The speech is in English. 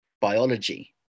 biology